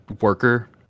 worker